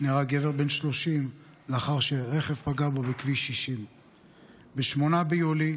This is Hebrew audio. נהרג גבר בן 30 לאחר שרכב פגע בו בכביש 60. ב-8 ביולי,